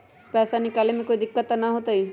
पैसा निकाले में कोई दिक्कत त न होतई?